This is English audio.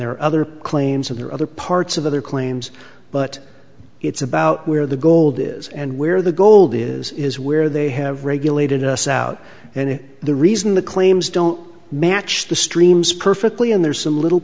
there are other claims and there are other parts of other claims but it's about where the gold is and where the gold is is where they have regulated us out and the reason the claims don't match the streams perfectly and there's some little